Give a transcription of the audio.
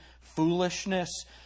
foolishness